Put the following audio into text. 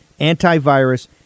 antivirus